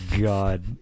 god